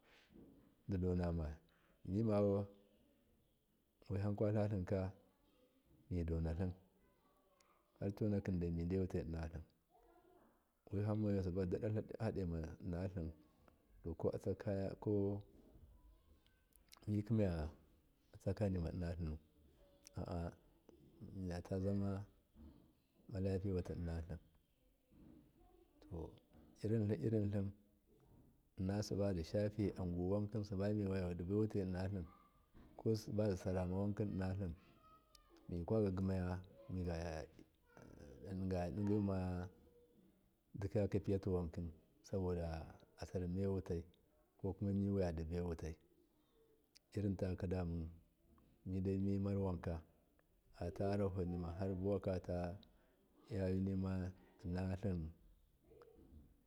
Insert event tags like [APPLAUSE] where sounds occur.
Didona ma wihankwalla tlinka midalim harco naki made wutai innatlim wihamme [NOISE] hamba dada hademo innatlimu ko ataya mikimu kinima innatlimu a a mivatazamabalapiye waki innotlim to irintlim rintlim innasibadishafe aguwani mude wutai innatlim ko gibasaramawankinnatlim mikwa gagi maya migada dizaya digi mu dikayaki piyati wanki soboda asarme wutai ko kuma miwadibai wutai irintakakadama midai mimar wanka ata yarahonima buwakata voyunima innatlim. [NOISE]